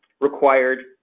required